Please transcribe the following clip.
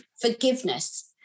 forgiveness